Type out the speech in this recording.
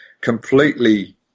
completely